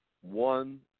one